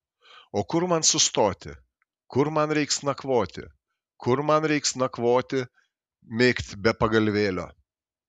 o kur man sustoti kur man reiks nakvoti kur man reiks nakvoti migt be pagalvėlio